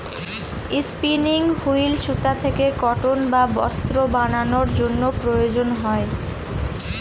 spinning wheel সুতা থেকে cotton বা বস্ত্র বানানোর জন্য প্রয়োজন হয়